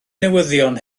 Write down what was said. newyddion